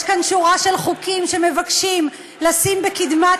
יש כאן שורה של חוקים שמבקשים לשים בקדמת